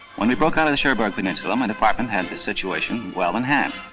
when we broke out of the cherbourg peninsula, my department had the situation well in hand.